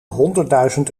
honderdduizend